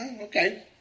Okay